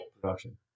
production